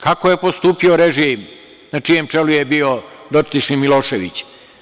Kako je postupio režim na čijem čelu je bio dotični Milošević?